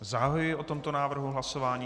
Zahajuji o tomto návrhu hlasování.